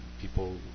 people